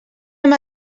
amb